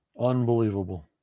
Unbelievable